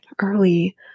early